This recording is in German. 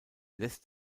lässt